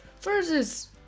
versus